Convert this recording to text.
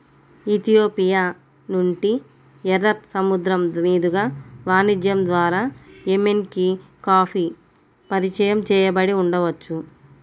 Ethiopia నుండి, ఎర్ర సముద్రం మీదుగా వాణిజ్యం ద్వారా ఎమెన్కి కాఫీ పరిచయం చేయబడి ఉండవచ్చు